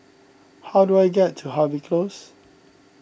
how do I get to Harvey Close